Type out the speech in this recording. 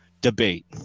debate